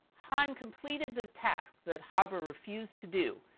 hahn completed the tasks that haber refused to do,